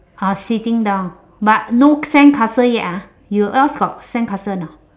uh sitting down but no sandcastle yet ah you else got sandcastle not